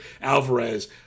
Alvarez